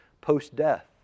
post-death